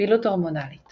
פעילות הורמונלית